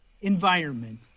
environment